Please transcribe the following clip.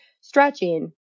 stretching